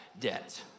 debt